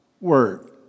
word